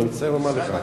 אני מצטער לומר לך.